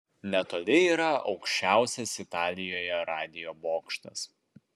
netoli yra aukščiausias italijoje radijo bokštas